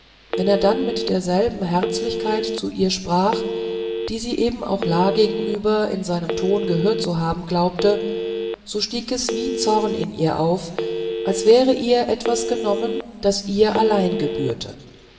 wenn er dann mit derselben herzlichkeit zu ihr sprach die sie eben auch la gegenüber in seinem ton gehört zu haben glaubte so stieg es wie zorn in ihr auf als wäre ihr etwas genommen das ihr allein gebührte